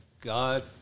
God